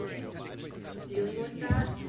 and dealing with that,